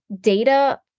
data